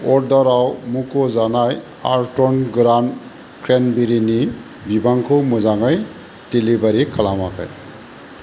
अर्डाराव मुख'जानाय आर्थन गोरान क्रेनबेरिनि बिबांखौ मोजाङै डेलिबारि खालामाखै